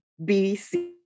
bc